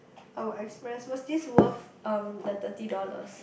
our express was this worth um the thirty dollars